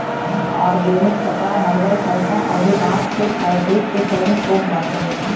organic कपड़ा herbal fashion अउरी बांस के फैब्रिक के चलन खूब बाटे